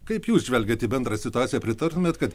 kaip jus žvelgiat į bendrąją situaciją pritartumėt kad